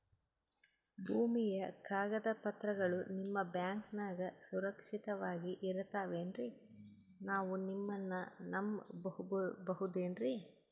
ಭೂಮಿಯ ಕಾಗದ ಪತ್ರಗಳು ನಿಮ್ಮ ಬ್ಯಾಂಕನಾಗ ಸುರಕ್ಷಿತವಾಗಿ ಇರತಾವೇನ್ರಿ ನಾವು ನಿಮ್ಮನ್ನ ನಮ್ ಬಬಹುದೇನ್ರಿ?